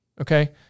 okay